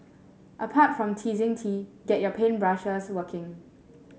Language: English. apart from teasing tea get your paint brushes working